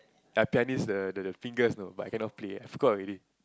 like pianist the the the fingers you know but I cannot Play I forgot already